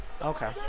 Okay